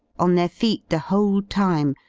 on their feet the whole time,